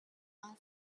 are